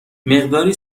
مقداری